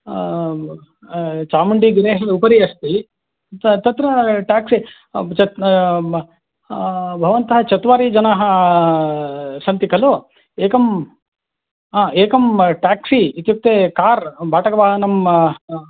चामुण्डिगिरेः उपरि अस्ति तत्र टाक्सि च भवन्तः चत्वारिजनाः सन्ति खलु एकं हा एकं टाक्सि इत्युक्ते कार् बाटकवाहनं